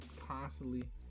constantly